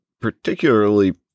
particularly